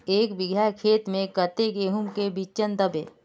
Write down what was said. एक बिगहा खेत में कते गेहूम के बिचन दबे?